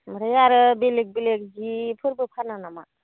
ओमफ्राय आरो बेलेक बेलेक जिफोरखौ फाना नामा